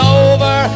over